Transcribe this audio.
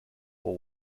for